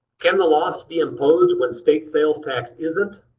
can the lost be imposed when state sales tax isn't?